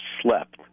slept